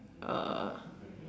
uh